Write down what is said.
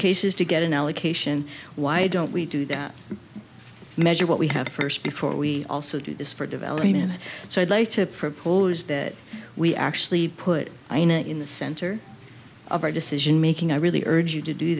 cases to get an allocation why don't we do that measure what we have first before we also do this for development so i'd like to propose that we actually put ajna in the center of our decision making i really urge you to do